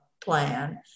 plan